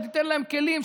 שתיתן להם כלים,